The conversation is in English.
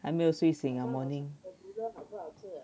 还没有睡醒啊 morning